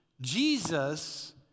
Jesus